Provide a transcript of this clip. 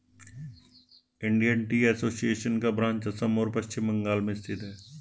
Indian tea association का branch Assam और पश्चिम बंगाल में स्थित है